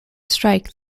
strike